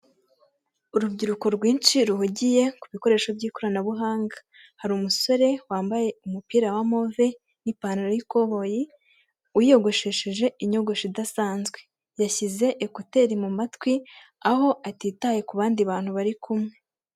Urubyiruko rwinshi ruhugiye ku bikoresho by'ikoranabuhanga, hari umusore wambaye umupira wa move, n'ipantaro y'ikoboyi wiyogoshesheje inyogosho idasanzwe, yashyize ekuteri mu matwi aho atitaye ku bandi bantu bari kumwe.